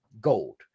gold